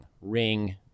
ring